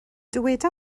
dyweda